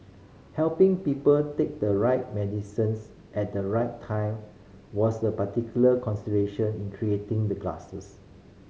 helping people take the right medicines at the right time was a particular consideration in creating the glasses